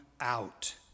out